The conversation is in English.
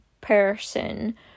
person